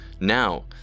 Now